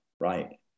right